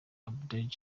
abdul